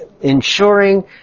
ensuring